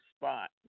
spot